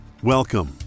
Welcome